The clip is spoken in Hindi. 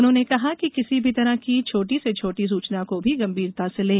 उन्होंने कहा कि किसी भी तरह की छोटी से छोटी सूचना को गंभीरता से लें